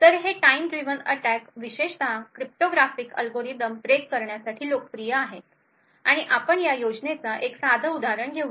तर हे time driven attack विशेषतः क्रिप्टोग्राफिक अल्गोरिदम ब्रेक करण्यासाठी लोकप्रिय आहेत आणि आपण या योजनेचे एक अगदी साधे उदाहरण घेऊ